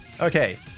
Okay